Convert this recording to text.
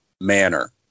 manner